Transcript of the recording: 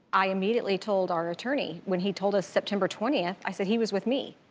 i immediately told our attorney when he told us september twentieth, i said he was with me.